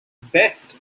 best